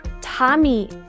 Tommy